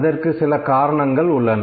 அதற்கு சில காரணங்கள் உள்ளன